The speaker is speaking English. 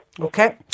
Okay